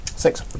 Six